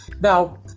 now